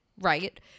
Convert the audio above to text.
right